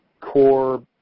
core